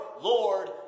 Lord